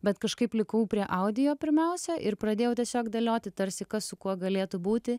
bet kažkaip likau prie audio pirmiausia ir pradėjau tiesiog dėlioti tarsi kas su kuo galėtų būti